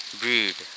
breed